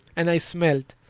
and i smelled,